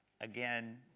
again